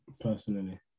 personally